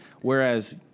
whereas